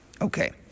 Okay